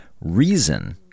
Reason